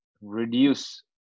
reduce